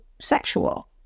sexual